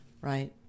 right